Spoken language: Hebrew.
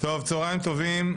צוהריים טובים.